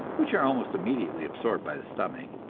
which are almost immediately absorbed by the stomach,